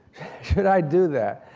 should i do that?